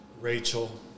Rachel